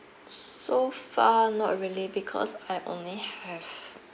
so far not really because I only have